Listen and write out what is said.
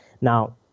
Now